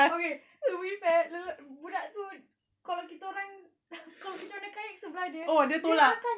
okay to be fair budak tu kalau kita orang kalau kita punya kayak sebelah dia dia akan